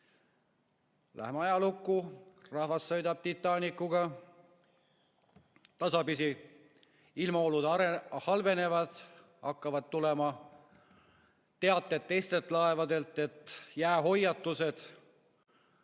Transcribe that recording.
Läheme ajalukku, rahvas sõidab Titanicuga. Tasapisi ilmaolud halvenevad, hakkavad tulema teated teistelt laevadelt, jäähoiatused,